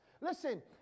Listen